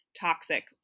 toxic